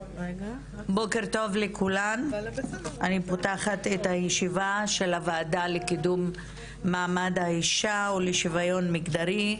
אני פותחת את הישיבה של הוועדה לקידום מעמד האישה ולשוויון מגדרי,